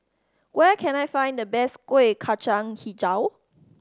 where can I find the best Kuih Kacang Hijau